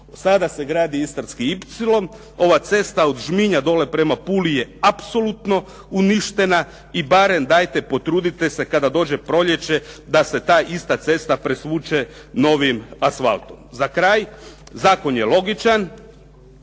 Sada se gradi istarski ipsilon. Ova cesta od Žminja dole prema Puli je apsolutno uništena i barem dajte potrudite se kada dođe proljeće da se ta ista cesta presvuče novim asfaltom. Za kraj. Zakon je logičan.